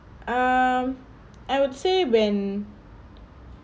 um I would say when